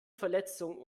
verletzung